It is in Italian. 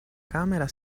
camera